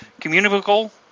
communicable